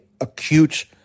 acute